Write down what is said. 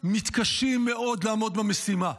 מתקשים מאוד לעמוד במשימה.